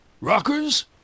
Rockers